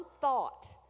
thought